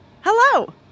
Hello